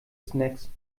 snacks